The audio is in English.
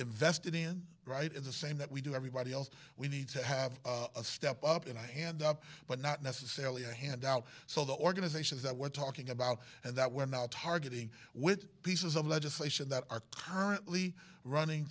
invested in right in the same that we do everybody else we need to have a step up in a hand up but not necessarily a handout so the organizations that we're talking about and that we're not targeting with pieces of legislation that are currently running